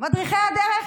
מדריכי הדרך,